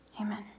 Amen